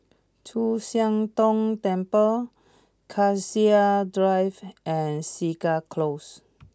Chu Siang Tong Temple Cassia Drive and Segar Close